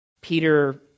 Peter